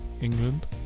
England